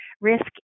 risk